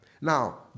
Now